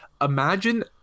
Imagine